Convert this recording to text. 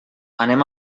anem